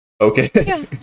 okay